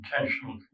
intentional